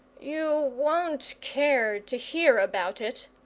you won't care to hear about it,